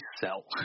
sell